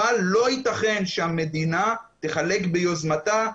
אבל לא ייתכן שהמדינה תחלק ביוזמתה,